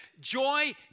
joy